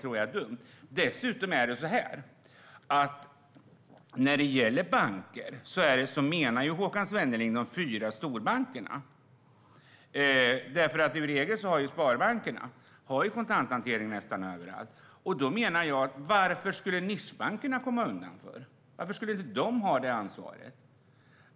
När Håkan Svenneling talar om banker menar han dessutom de fyra storbankerna. Sparbankerna har ju i regel kontanthantering nästan överallt. Varför skulle nischbankerna komma undan? Varför ska inte de ha det ansvaret?